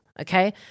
Okay